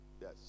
Yes